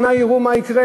בעוד שנה יראו מה יקרה,